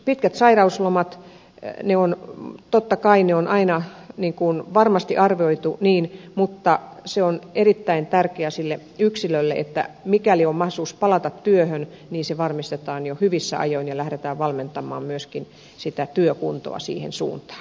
pitkät sairauslomat totta kai on aina varmasti arvioitu mutta se on erittäin tärkeää sille yksilölle että mikäli on mahdollisuus palata työhön niin se varmistetaan jo hyvissä ajoin ja lähdetään valmentamaan myöskin sitä työkuntoa siihen suuntaan